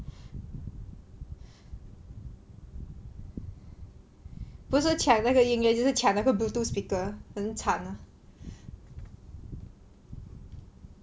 不是抢那个音乐就是抢那个 bluetooth speaker